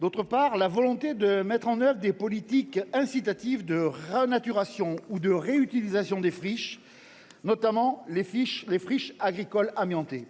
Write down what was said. D’autre part, la mise en œuvre de politiques incitatives de renaturation ou de réutilisation des friches, notamment des friches agricoles amiantées,